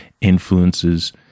influences